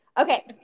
Okay